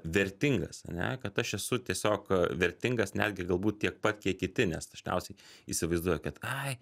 vertingas ane kad aš esu tiesiog vertingas netgi galbūt tiek pat kiek kiti nes dažniausiai įsivaizduoja kad ai